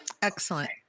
Excellent